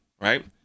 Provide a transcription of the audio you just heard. right